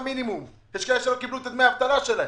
כי לא קבלו את דמי האבטלה שלהם.